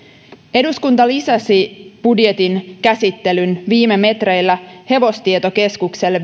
eduskunta lisäsi budjetin käsittelyn viime metreillä hevostietokeskukselle